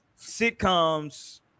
sitcoms